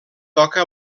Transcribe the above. toca